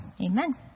Amen